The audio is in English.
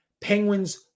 penguins